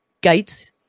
Gates